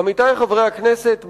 עמיתי חברי הכנסת,